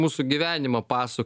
mūsų gyvenimo pasa